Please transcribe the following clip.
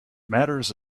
matters